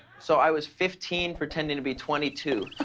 so i was fifteen pretending to be twenty two.